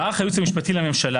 מערך הייעוץ המשפטי לממשלה,